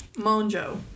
Monjo